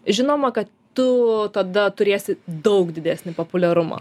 žinoma kad tu tada turėsi daug didesnį populiarumą